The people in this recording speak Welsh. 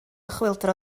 chwyldro